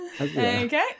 Okay